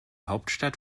hauptstadt